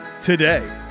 today